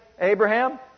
Abraham